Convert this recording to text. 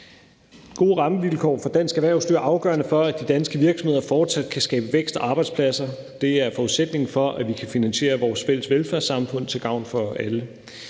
Gode rammevilkår for dansk erhvervsliv er afgørende for, at de danske virksomheder fortsat kan skabe vækst og arbejdspladser. Det er forudsætningen for, at vi kan finansiere vores fælles velfærdssamfund til gavn for alle.